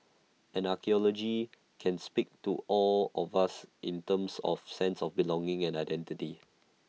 and archaeology can speak to all of us in terms of sense of belonging and identity